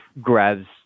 grabs